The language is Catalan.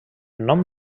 nom